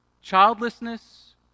childlessness